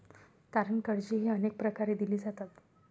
तारण कर्जेही अनेक प्रकारे दिली जातात